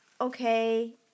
Okay